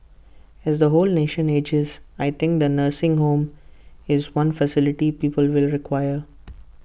as the whole nation ages I think the nursing home is one facility people will require